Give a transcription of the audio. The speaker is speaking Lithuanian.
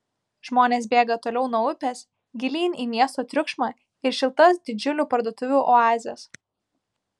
žmonės bėga toliau nuo upės gilyn į miesto triukšmą ir šiltas didžiulių parduotuvių oazes